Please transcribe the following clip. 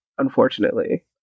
unfortunately